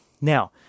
Now